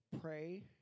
pray